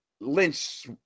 Lynch